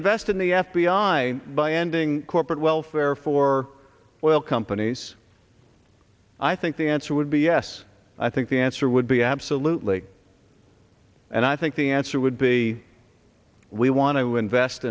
invest in the f b i by ending corporate welfare for oil companies i think the answer would be yes i think the answer would be absolutely and i think the answer would be we want to invest